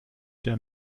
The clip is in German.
der